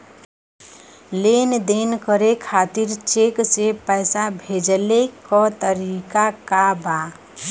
लेन देन करे खातिर चेंक से पैसा भेजेले क तरीकाका बा?